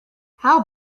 how